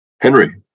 Henry